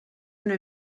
una